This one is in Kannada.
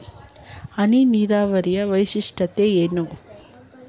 ಹನಿ ನೀರಾವರಿಯ ವೈಶಿಷ್ಟ್ಯತೆ ಏನು?